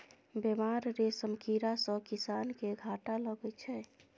बेमार रेशम कीड़ा सँ किसान केँ घाटा लगै छै